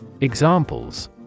Examples